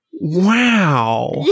Wow